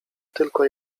tylko